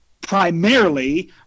primarily